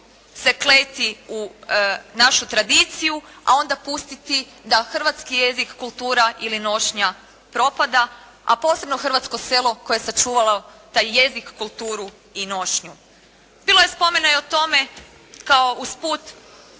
se kleti u našu tradiciju, a onda pustiti da hrvatski jezik, kultura …/Govornica se ne razumije./… propada, a posebno hrvatsko selo koje je sačuvalo taj jezik, kulturu i nošnju. Bilo je spomena i o tome kao usput